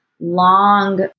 long